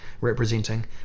representing